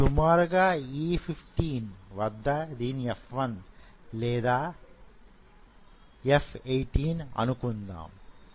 సుమారుగా E15 వద్ద దీనిని F I అని లేదా F18 అనుకుందాం